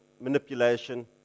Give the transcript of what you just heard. manipulation